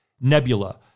Nebula